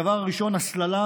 הדבר הראשון, הסללה